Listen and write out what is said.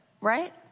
right